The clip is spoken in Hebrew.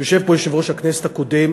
יושב פה יושב-ראש הכנסת הקודם,